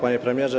Panie Premierze!